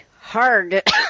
hard